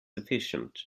efficient